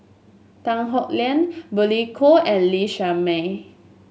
Tan Howe Liang Billy Koh and Lee Shermay